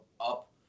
up